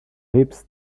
heaps